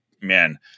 man